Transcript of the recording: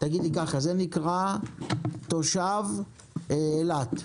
תושב אילת,